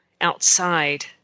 outside